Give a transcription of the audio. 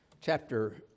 chapter